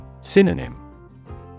Synonym